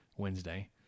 wednesday